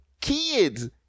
kids